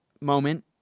moment